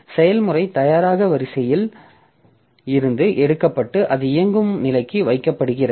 செயல்முறை தயாராக வரிசையில் இருந்து எடுக்கப்பட்டு அது இயங்கும் நிலைக்கு வைக்கப்படுகிறது